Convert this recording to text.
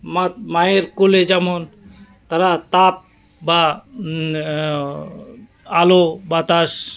মার মায়ের কোলে যেমন তারা তাপ বা আলো বাতাস